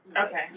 Okay